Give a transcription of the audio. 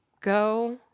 go